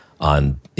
on